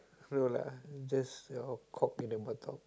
no lah just your cock in the buttock